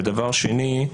ודבר שני,